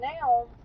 now